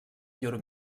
llur